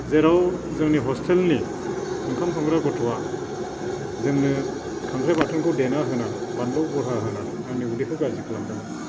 जेराव जोंनि हस्टेलनि ओंखाम संग्रा गथ'आ जोंनो खांख्राइ बाथोनखौ देना होनानै बानलु बरहा होनानै आंनि उदैखौ गाज्रि खालामदोंमोन